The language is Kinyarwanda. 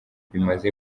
bimaze